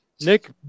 Nick